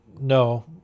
no